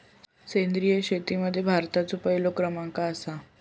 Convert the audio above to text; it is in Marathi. सेंद्रिय शेतीमध्ये भारताचो पहिलो क्रमांक आसा